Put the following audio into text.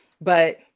but-